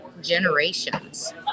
generations